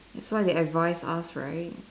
that's why they advise us right